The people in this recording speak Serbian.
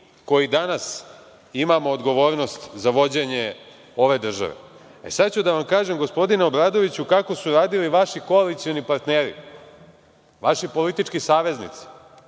koji danas imamo odgovornost za vođenje ove države.E, sad ću da vam kažem gospodine Obradoviću kako su radili vaši koalicioni partneri, vaši politički saveznici,